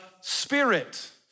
spirit